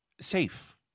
safe